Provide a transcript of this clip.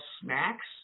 snacks